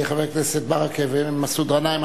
חבר הכנסת ברכה ומסעוד גנאים,